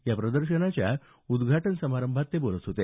या प्रदर्शनाच्या उद्घाटन समारंभात ते बोलत होते